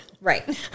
Right